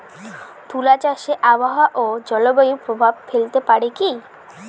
তুলা চাষে আবহাওয়া ও জলবায়ু প্রভাব ফেলতে পারে কি?